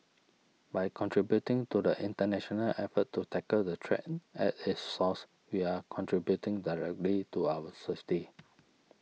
by contributing to the international effort to tackle the threat at its source we are contributing directly to our safety